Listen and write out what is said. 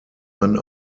man